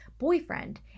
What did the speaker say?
Boyfriend